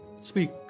speak